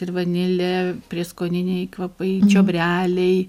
ir vanilė prieskoniniai kvapai čiobreliai